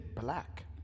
black